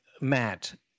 Matt